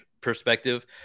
perspective